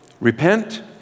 Repent